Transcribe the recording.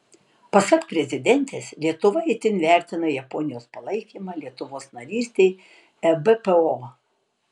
pasak prezidentės lietuva itin vertina japonijos palaikymą lietuvos narystei ebpo